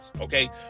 Okay